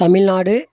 Tamil Nadu